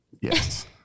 Yes